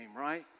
right